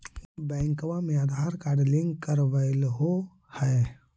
बैंकवा मे Aadhaar card link करवैलहो है?